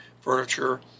furniture